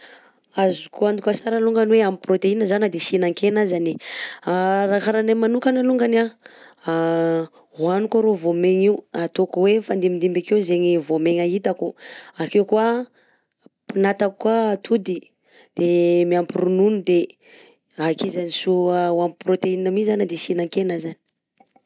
Azoko antoka tsara alongany hoe ampy protéine zaho na de tsy ihinan-kena azany e, raha kara anay manokana alongany an hoaniko arao vaomegna io ataoko hoe mifandimbindimby akeo zegny vaomegna hitako, akeo koà pitanatako koà atody de miampy ronono de akezany tsy ho ho ampy protéine mi zaho na de tsy ihinan-kena.